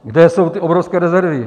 Kde jsou ty obrovské rezervy?